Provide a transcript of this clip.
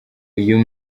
uyu